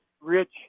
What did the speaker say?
rich